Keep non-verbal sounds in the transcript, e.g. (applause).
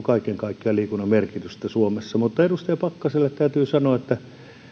(unintelligible) kaiken kaikkiaan liikunnan merkitystä suomessa edustaja pakkaselle täytyy sanoa että